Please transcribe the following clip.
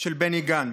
של בני גנץ.